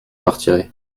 partirai